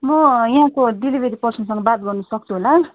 म यहाँको डेलिभरी पर्सनसँग बात गर्नसक्छु होला